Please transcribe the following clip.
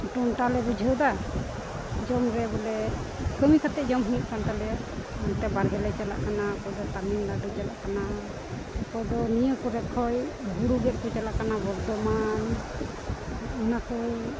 ᱵᱩᱡᱷᱟᱹᱣᱫᱟ ᱡᱚᱢ ᱨᱮ ᱵᱚᱞᱮ ᱠᱟᱹᱢᱤ ᱠᱟᱛᱮ ᱡᱚᱢ ᱦᱩᱭᱩᱜ ᱠᱟᱱ ᱛᱟᱞᱮᱭ ᱱᱚᱛᱮ ᱵᱟᱨᱦᱮ ᱞᱮ ᱪᱟᱞᱟᱜ ᱠᱟᱱᱟ ᱚᱠᱚᱭ ᱫᱚ ᱛᱟᱹᱢᱤᱞᱱᱟᱹᱰᱩᱭ ᱪᱟᱞᱟᱜ ᱠᱟᱱᱟ ᱚᱠᱚᱭ ᱫᱚ ᱱᱤᱭᱟᱹ ᱠᱚᱨᱮ ᱠᱷᱚᱡ ᱦᱳᱲᱳ ᱜᱮᱫ ᱠᱚ ᱪᱟᱞᱟᱜ ᱠᱟᱱᱟ ᱵᱚᱨᱫᱷᱚᱢᱟᱱ ᱚᱱᱟ ᱠᱚ